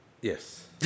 Yes